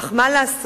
אך מה לעשות?